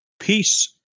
peace